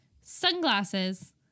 sunglasses